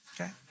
Okay